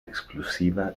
exclusiva